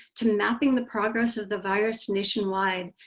to mapping the progress of the virus nationwide,